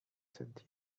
sent